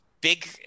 big